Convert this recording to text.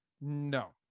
no